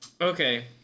Okay